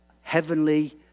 heavenly